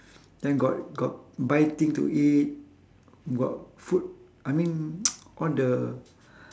then got got buy thing to eat got food I mean all the